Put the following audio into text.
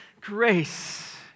grace